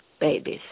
babies